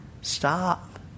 stop